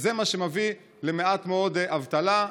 וזה מה שמביא למעט מאוד אבטלה.